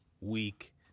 week